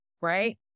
right